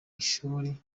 ishuri